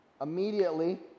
immediately